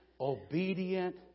obedient